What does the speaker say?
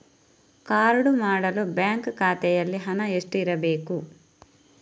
Card ಮಾಡಲು bank ಖಾತೆಯಲ್ಲಿ ಹಣ ಎಷ್ಟು ಇರಬೇಕು?